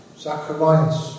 Zacharias